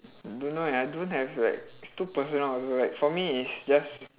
don't know eh I don't have like it's too personal also like for me is just